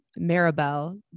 Maribel